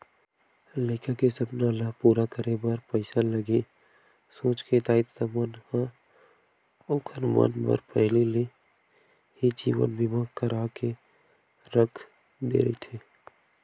लइका के सपना ल पूरा करे बर पइसा लगही सोच के दाई ददा मन ह ओखर मन बर पहिली ले ही जीवन बीमा करा के रख दे रहिथे